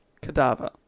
Cadaver